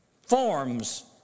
forms